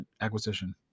acquisition